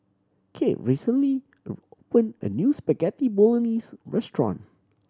Cade recently opened a new Spaghetti Bolognese restaurant